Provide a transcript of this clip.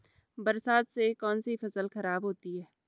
बरसात से कौन सी फसल खराब होती है?